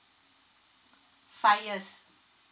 five years